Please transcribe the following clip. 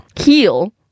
heal